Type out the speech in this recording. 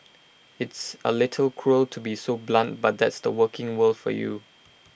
it's A little cruel to be so blunt but that's the working world for you